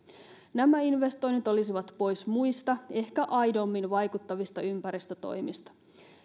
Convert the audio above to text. nämä investoinnit olisivat pois muista ehkä aidommin vaikuttavista ympäristötoimista